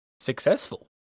successful